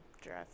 dress